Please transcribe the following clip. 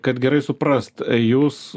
kad gerai suprast jūs